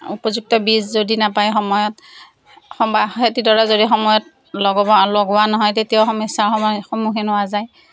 উপযুক্ত বীজ যদি নাপায় সময়ত বা খেতিডৰা যদি সময়ত লগাব লগোৱা নহয় তেতিয়াও সমস্যাৰ সন্মুখীন হোৱা যায়